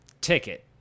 ticket